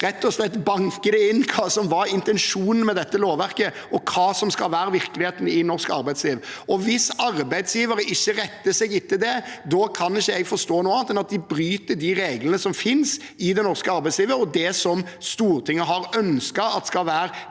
rett og slett å banke inn hva som var intensjonen med dette lovverket, og hva som skal være virkeligheten i norsk arbeidsliv. Og hvis arbeidsgivere ikke retter seg etter det, da kan ikke jeg forstå noe annet enn at de bryter de reglene som finnes i det norske arbeidslivet, og det som Stortinget har ønsket skal være